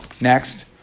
Next